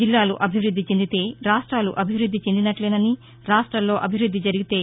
జిల్లాలు అభివృద్ది చెందితే రాష్టాలు అభివృద్ది చెందినట్లేనని రాష్టాల్లో అభివృద్ది జరిగితే